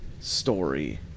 Story